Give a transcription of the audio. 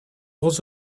was